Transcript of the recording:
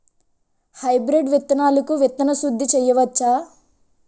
Hybrid విత్తనాలకు విత్తన శుద్ది చేయవచ్చ?